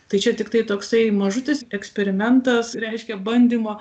tai čia tiktai toksai mažutis eksperimentas reiškia bandymą